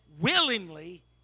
willingly